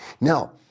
Now